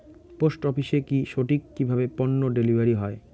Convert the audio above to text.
Post অফিসে কি সঠিক কিভাবে পন্য ডেলিভারি হয়?